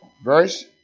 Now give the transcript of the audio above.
verse